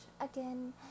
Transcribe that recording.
again